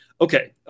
Okay